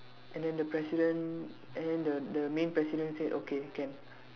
and then the president and the the main president said okay can